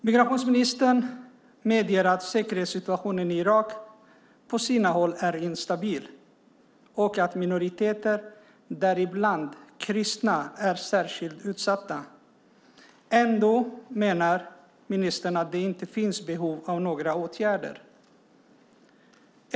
Migrationsministern medger att säkerhetssituationen i Irak på sina håll är instabil och att minoriteter, däribland kristna, är särskilt utsatta. Ändå menar ministern att det inte finns behov av några åtgärder.